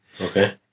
Okay